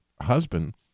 husband